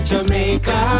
Jamaica